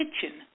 kitchen